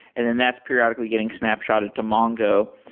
and then that's periodically getting snapshotted to mongo.